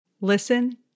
Listen